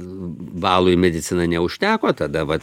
balų į mediciną neužteko tada vat